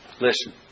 Listen